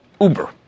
Uber